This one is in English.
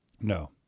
No